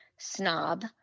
Snob